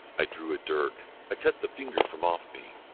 i drew a dirk. i cut the finger from off me,